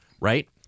Right